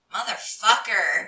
Motherfucker